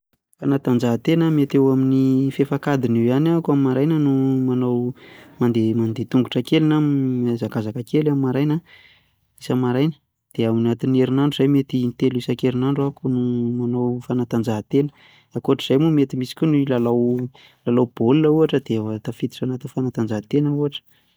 Fanatanjahantena mety eo amin'ny fahefankadiny eo ihany ahako am'maraina no manao mandeha mandeha tongotra kely na m- mihazakazaka kely am'maraina, isa-maraina. De ao anatin'ny herinandro zay mety intelo isan-kerinandro ahako no manao fantanjahantena, ankoatr'izay moa mety misy koa ny lalao lalao baolina ohatra de efa tafiditra anatin'ny fanatanjahantena ohatra.